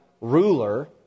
ruler